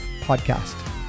podcast